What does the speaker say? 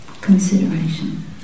consideration